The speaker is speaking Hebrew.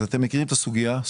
אתם מכירים את הסוגיה.